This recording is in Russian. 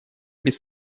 без